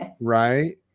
right